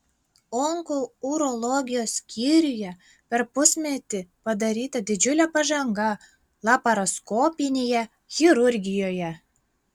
onkourologijos skyriuje per pusmetį padaryta didžiulė pažanga laparoskopinėje chirurgijoje